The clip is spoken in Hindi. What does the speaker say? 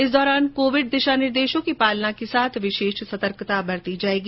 इस दौरान कोविड दिशा निर्देशों की पालना के साथ विशेष सतर्कता बरती जाएगी